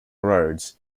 roads